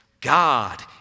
God